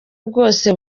bwose